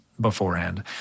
beforehand